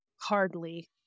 hardly